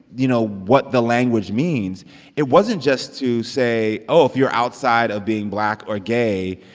you know, what the language means it wasn't just to say oh, if you're outside of being black or gay,